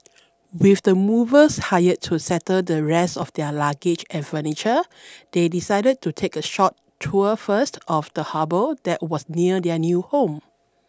with the movers hired to settle the rest of their luggage and furniture they decided to take a short tour first of the harbour that was near their new home